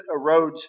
erodes